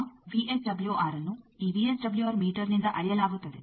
ಈಗ ವಿಎಸ್ಡಬ್ಲ್ಯೂಆರ್ಅನ್ನು ಈ ವಿಎಸ್ಡಬ್ಲ್ಯೂಆರ್ ಮೀಟರ್ನಿಂದ ಅಳೆಯಲಾಗುತ್ತದೆ